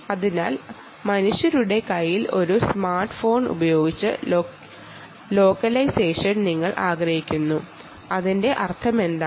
അതിനാൽ ഒരു smartphone ഉപയോഗിച്ച് ലോക്കലൈസേഷൻ ചെയ്യാൻ ആഗ്രഹിക്കുന്നുണ്ടോ